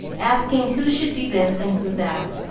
asking who should be this, and who that.